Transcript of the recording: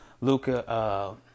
Luca